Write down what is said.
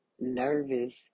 nervous